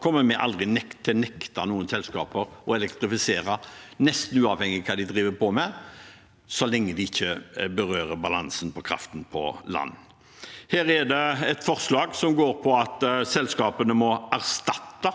kommer aldri til å nekte noen selskaper å elektrifisere, nesten uavhengig av hva de driver med, så lenge det ikke berører kraftbalansen på land. Her er det et forslag som går på at selskapene må erstatte